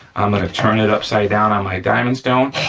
i'm gonna turn it upside down on my diamond stone